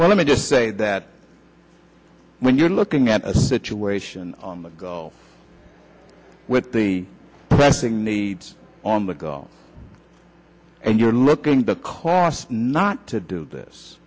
well let me just say that when you're looking at a situation on the go with the pressing needs on the go and you're looking the cost not to do this